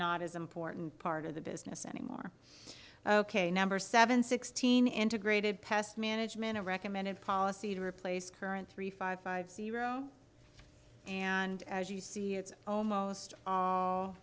not as important part of the business anymore ok number seven sixteen integrated pest management or recommended policy to replace current three five five zero and as you see it's almost